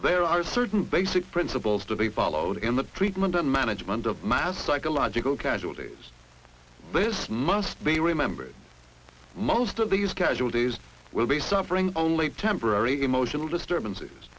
there are certain basic principles to be followed in the treatment and management of mass psychological casualties this must be remembered most of these casualties will be suffering only temporary emotional disturbances